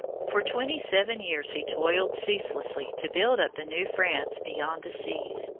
for twenty-seven years he toiled ceaselessly to build up the new france beyond the seas,